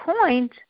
point